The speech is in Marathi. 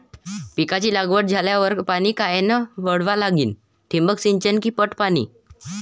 पिकाची लागवड झाल्यावर पाणी कायनं वळवा लागीन? ठिबक सिंचन की पट पाणी?